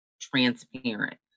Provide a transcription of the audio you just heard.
transparent